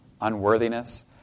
unworthiness